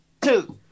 two